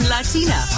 Latina